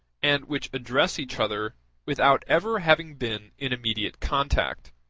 and which address each other without ever having been in immediate contact.